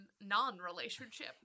non-relationship